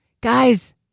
Guys